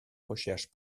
recherches